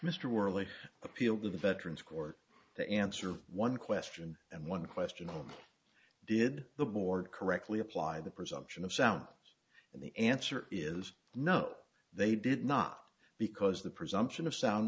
mr worley appeal to veterans court to answer one question and one question on did the board correctly apply the presumption of sound and the answer is no they did not because the presumption of sound